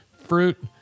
fruit